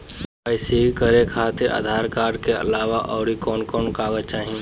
KYC करे खातिर Aadhaar card के अलावा आउरकवन कवन कागज चाहीं?